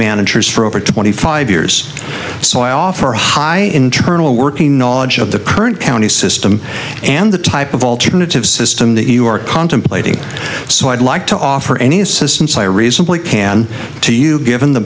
managers for over twenty five years so i offer a high internal working knowledge of the current county system and the type of alternative system that you are contemplating so i'd like to offer any assistance i reasonably can to you given the